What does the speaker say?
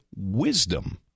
wisdom